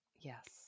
Yes